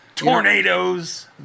Tornadoes